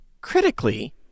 critically